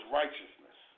righteousness